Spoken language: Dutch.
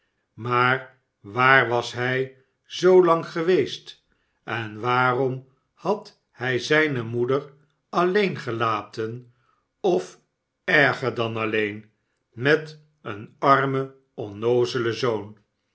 maar waar was hij zoolang geweest en waarom had hij zijne moeder alleen gelaten of erger dan alleen met een armen onnoozelen zoon